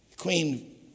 queen